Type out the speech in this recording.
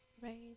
right